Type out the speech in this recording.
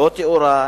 לא תאורה,